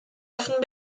often